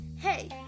Hey